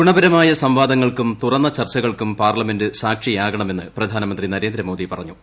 ഗുണപരമായ സംവാദങ്ങൾക്കും തുറന്ന ചർച്ചകൾക്കും പാർലമെന്റ് സാക്ഷിയാകണമെന്ന് പ്രധാനമന്ത്രി നരേന്ദ്രമോദി പറഞ്ഞു